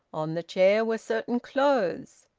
on the chair were certain clothes.